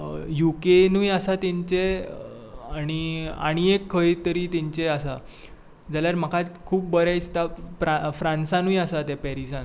U केंतूय आसा तेंचें आनी आनी एक खंय तरी तेंचें आसा जाल्यार म्हाका आयज खूब बरें दिसता फ्रांन्सानूय आसा तें पेरिसांत